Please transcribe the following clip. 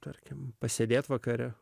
tarkim pasėdėti vakare